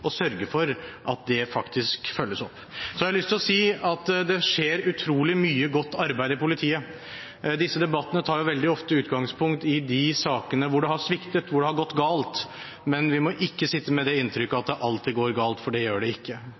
sørge for at det faktisk følges opp. Så har jeg lyst til å si at det skjer utrolig mye godt arbeid i politiet. Disse debattene tar jo veldig ofte utgangspunkt i de sakene hvor det har sviktet, hvor det har gått galt, men vi må ikke sitte med det inntrykket at det alltid går galt, for det gjør det ikke.